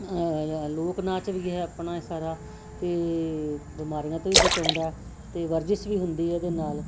ਲੋਕ ਨਾਚ ਵੀ ਹੈ ਆਪਣਾ ਸਾਰਾ ਅਤੇ ਬਿਮਾਰੀਆਂ ਤੋਂ ਵੀ ਬਚਾਉਂਦਾ ਅਤੇ ਵਰਜਿਸ਼ ਵੀ ਹੁੰਦੀ ਇਹਦੇ ਨਾਲ